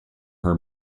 her